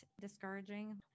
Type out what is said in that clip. discouraging